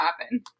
happen